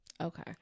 okay